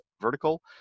vertical